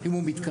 אם הוא מתקרב.